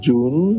June